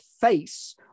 face